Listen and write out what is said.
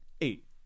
Eight